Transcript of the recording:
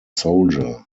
soldier